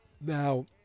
Now